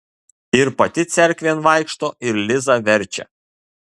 ir pati cerkvėn vaikšto ir lizą verčia